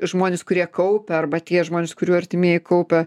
žmonės kurie kaupia arba tie žmonės kurių artimieji kaupia